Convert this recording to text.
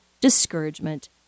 discouragement